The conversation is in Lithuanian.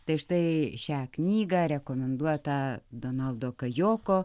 tai štai šią knygą rekomenduotą donaldo kajoko